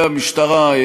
יס"מ,